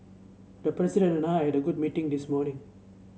the President and I had a very good meeting this morning